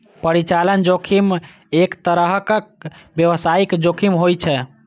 परिचालन जोखिम एक तरहक व्यावसायिक जोखिम होइ छै